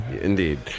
indeed